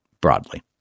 broadly